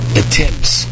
attempts